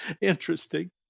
interesting